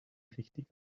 richtig